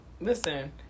Listen